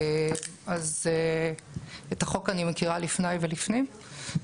אז את החוק אני מכירה לפניי ולפנים.